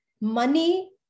money